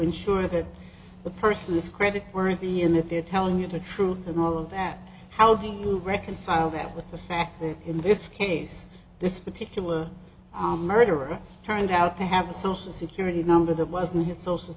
ensure that the person is credit worthy in that they're telling you the truth and all of that how do you reconcile that with the fact that in this case this particular murderer turned out to have a social security number that wasn't his social